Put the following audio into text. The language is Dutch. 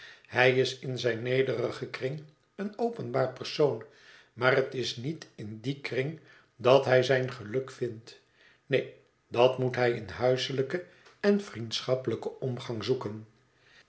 hij is in zijn nederigen kring een openbaar persoon maar het is niet in dien kring dat hij zijn geluk vindt neen dat moet hij in huiselijken en vriendschappelijken omgang zoeken